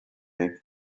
make